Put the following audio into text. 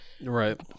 Right